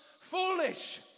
foolish